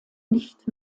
nicht